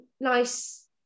nice